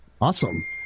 Awesome